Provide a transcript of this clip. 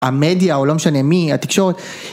המדיה, או לא משנה מי, התקשורת.